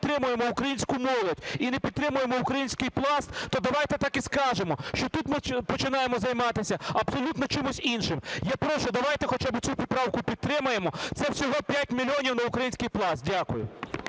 підтримаємо українську молодь і не підтримаємо український Пласт, то давайте так і скажемо, що тут ми починаємо займатися абсолютно чимось іншим. Я прошу, давайте хоча би цю поправку підтримаємо, це всього 5 мільйонів на український Пласт. Дякую.